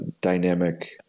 dynamic